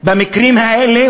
במקרים האלה,